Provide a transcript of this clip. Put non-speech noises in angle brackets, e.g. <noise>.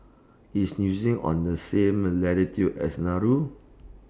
IS New <unintelligible> on The same latitude as Nauru